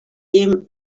him